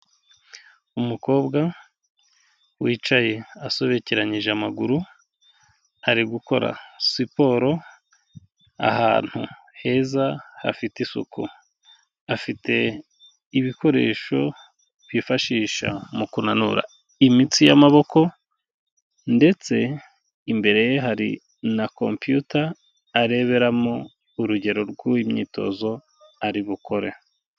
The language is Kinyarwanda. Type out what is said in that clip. Umukobwa wicaye asobekeranyije amaguru, ari gukora siporo, ahantu heza hafite isuku afite ibikoresho byifashisha mu kunra imitsi y'amaboko, ndetse imbere ye hari na kopiyuta areberamo urugero rw'imyitozo ari gukora.